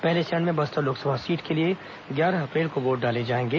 पहले चरण में बस्तर लोकसभा सीट के लिए ग्यारह अप्रैल को वोट डाले जाएंगे